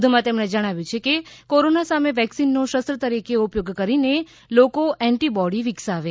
વધુમાં તેમણે જણાવ્યું કે કોરોના સામે વેક્સિનનો શસ્ત્ર તરીકે ઉપયોગ કરીને લોકો એન્ટીબોડી વિકસાવે